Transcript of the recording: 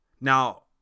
now